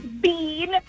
Bean